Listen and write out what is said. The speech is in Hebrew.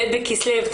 ב' בכסלו,